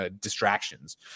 distractions